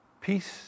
Peace